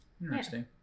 Interesting